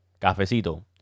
Cafecito